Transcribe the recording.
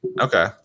Okay